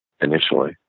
initially